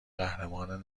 قهرمان